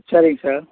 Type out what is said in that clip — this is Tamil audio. சரிங்க சார்